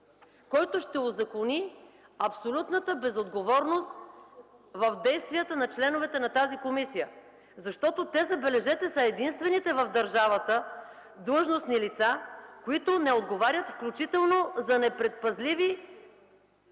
който ще узакони абсолютната безотговорност в действията на членовете на тази комисия. Защото те, забележете, са единствените длъжностни лица в държавата, които не отговарят, включително за непредпазливи